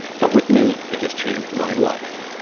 but with me it has change my life.